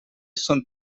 són